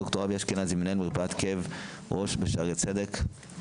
ד"ר אבי אשכנזי, מנהל מרפאת כאב ראש בשערי צדק.